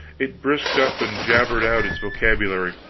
it brisked up and jabbered out its vocabulary!